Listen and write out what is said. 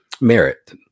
merit